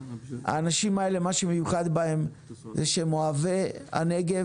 מה שמיוחד באנשים האלה זה שהם אוהבי הנגב,